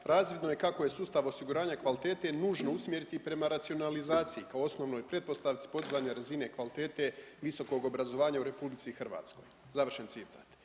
razvidno je kako je sustav osiguranja kvalitete nužno usmjeriti prema racionalizaciji kao osnovnoj pretpostavci podizanja razine kvalitete visokog obrazovanja u Republici Hrvatskoj“. Završen citat.